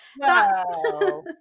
No